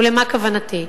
ולמה כוונתי?